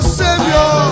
savior